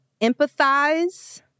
empathize